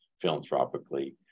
philanthropically